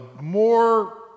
more